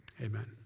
amen